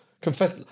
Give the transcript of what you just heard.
confess